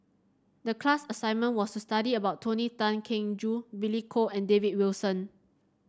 the class assignment was to study about Tony Tan Keng Joo Billy Koh and David Wilson